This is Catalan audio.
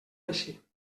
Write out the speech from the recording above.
així